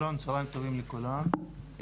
צוהריים טובים לכולם,